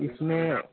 इसमें